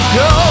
go